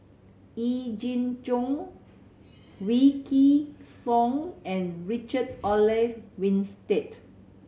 Yee Jenn Jong Wykidd Song and Richard Olaf Winstedt